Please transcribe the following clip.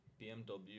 BMW